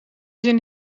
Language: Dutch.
zin